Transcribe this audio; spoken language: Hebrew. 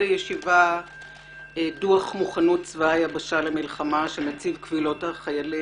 הישיבה דוח מוכנות צבא היבשה למלחמה של נציב קבילות החיילים,